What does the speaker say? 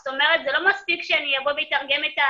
זה לא מספיק שאני אבוא ואתרגם,